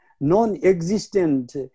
non-existent